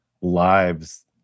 lives